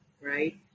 right